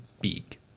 big